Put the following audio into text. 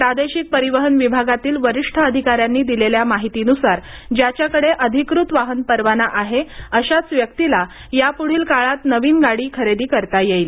प्रादेशिक परिवहन विभागातील वरिष्ठ अधिकाऱ्यांनी दिलेल्या माहितीनुसार ज्याच्याकडे अधिकृत वाहन परवाना आहे अशाच व्यक्तीला यापुढील काळात नवीन गाडी खरेदी करता येईल